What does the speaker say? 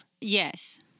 Yes